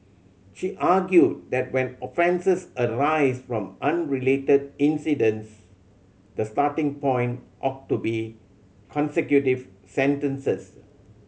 she argued that when offences arise from unrelated incidents the starting point ought to be consecutive sentences